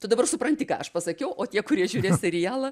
tu dabar supranti ką aš pasakiau o tie kurie žiūrės serialą